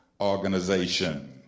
organization